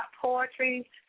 poetry